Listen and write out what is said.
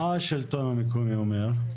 מה השלטון המקומי אומר?